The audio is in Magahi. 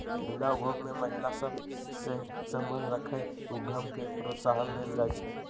हिला उद्योग में महिला सभ सए संबंध रखैत उद्यम के प्रोत्साहन देल जाइ छइ